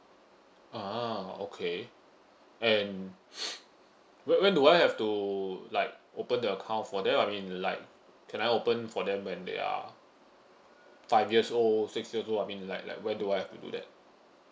ah okay and when when do I have to like open the account for them I mean like can I open for them when they are five years old six years old I mean like like when do I have to do that